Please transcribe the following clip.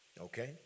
okay